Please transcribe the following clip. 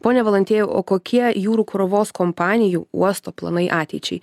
pone valantiejau o kokie jūrų krovos kompanijų uosto planai ateičiai